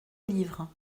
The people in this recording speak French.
livre